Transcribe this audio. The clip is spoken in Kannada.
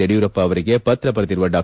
ಯಡಿಯೂರಪ್ಪ ಅವರಿಗೆ ಪತ್ರ ಬರೆದಿರುವ ಡಾ